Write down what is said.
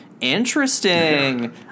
Interesting